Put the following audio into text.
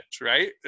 right